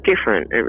different